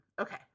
Okay